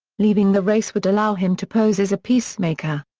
leaving the race would allow him to pose as a peacemaker.